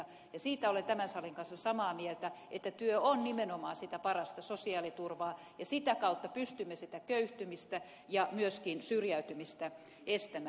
ja siitä olen tämän salin kanssa samaa mieltä että työ on nimenomaan sitä parasta sosiaaliturvaa ja sitä kautta pystymme sitä köyhtymistä ja myöskin syrjäytymistä estämään